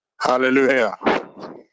Hallelujah